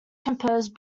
composed